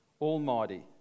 Almighty